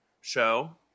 show